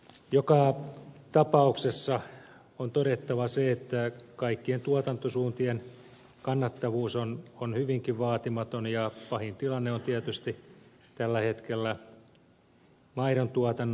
joka tapauksessa on todettava se että kaikkien tuotantosuuntien kannattavuus on hyvinkin vaatimaton ja pahin tilanne on tietysti tällä hetkellä maidontuotannossa